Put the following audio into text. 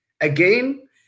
again